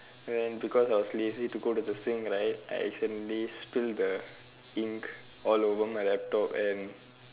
and then because I was lazy to go to the sink right I accidentally spill the ink all over my laptop and